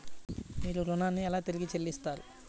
మీరు ఋణాన్ని ఎలా తిరిగి చెల్లిస్తారు?